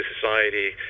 society